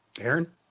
Aaron